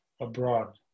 abroad